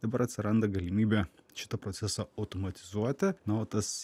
dabar atsiranda galimybė šitą procesą automatizuoti na o tas